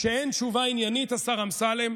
כשאין תשובה עניינית, השר אמסלם,